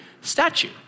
statue